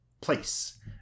place